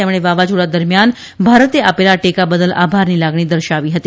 તેમણે વાવાઝોડા દરમિયાન ભારતે આપેલા ટેકા બદલ આભારની લાગણી દર્શાવી હતી